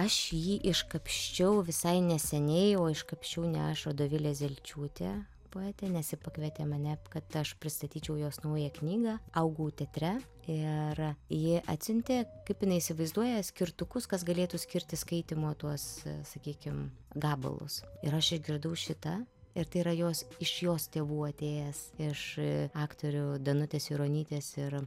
aš jį iškapsčiau visai neseniai o iškapsčiau ne aš o dovilė zelčiūtė poetė nes ji pakvietė mane kad aš pristatyčiau jos naują knygą augau teatre ir ji atsiuntė kaip jinai įsivaizduoja skirtukus kas galėtų skirti skaitymo tuos sakykim gabalus ir aš išgirdau šitą ir tai yra jos iš jos tėvų atėjęs iš aktorių danutės juronytės ir